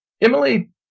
Emily